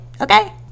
okay